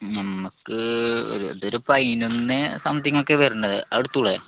നമുക്ക് ഒരു സെന്റിന് ഒരു പതിനൊന്ന് സംതിങ്ങ് ഒക്കെ വരുന്നുണ്ട് അത് എടുത്ത് കൂടെ